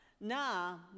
Now